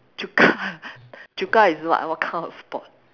Chukka Chukka is what what kind of sport